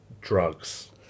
drugs